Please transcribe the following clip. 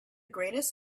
greatest